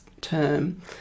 term